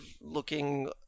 looking